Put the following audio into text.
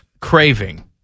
craving